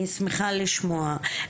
אני שמחה לשמוע.